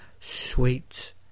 sweet